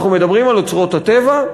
אנחנו מדברים על אוצרות הטבע?